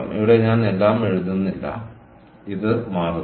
ഇവിടെ ഞാൻ എല്ലാം എഴുതുന്നില്ല ഇത് മാറുന്നു